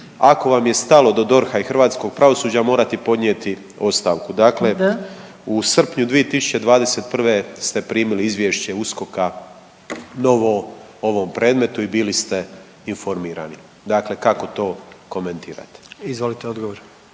ako vam je stalo do DORH-a i hrvatskog pravosuđa morati poznati ostavku. Dakle, …/Upadica: Da./… u srpnju 2021. ste primili izvješće USKOK-a novo u ovom predmetu i bili ste informirani. Dakle kako to komentirate? **Jandroković,